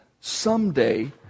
someday